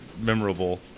memorable